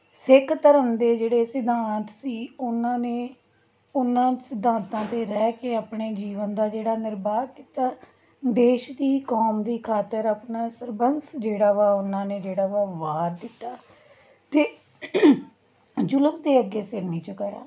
ਸਿੱਖ ਧਰਮ ਦੇ ਜਿਹੜੇ ਸਿਧਾਂਤ ਸੀ ਉਹਨਾਂ ਨੇ ਉਹਨਾਂ ਸਿਧਾਂਤਾਂ 'ਤੇ ਰਹਿ ਕੇ ਆਪਣੇ ਜੀਵਨ ਦਾ ਜਿਹੜਾ ਨਿਰਬਾਹ ਕੀਤਾ ਦੇਸ਼ ਦੀ ਕੌਮ ਦੀ ਖਾਤਰ ਆਪਣਾ ਸਰਬੰਸ ਜਿਹੜਾ ਵਾ ਉਹਨਾਂ ਨੇ ਜਿਹੜਾ ਵਾ ਵਾਰ ਦਿੱਤਾ ਅਤੇ ਜੁਲਮ ਦੇ ਅੱਗੇ ਸਿਰ ਨਹੀਂ ਚੁਕਾਇਆ